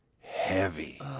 heavy